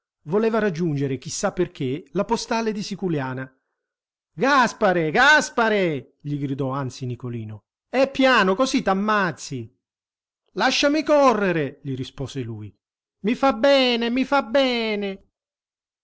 voleva raggiungere chi sa perché la postale di siculiana gaspare gaspare gli gridò anzi nicolino e piano così t'ammazzi lasciami correre gli rispose lui i fa bene i fa bene